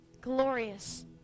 glorious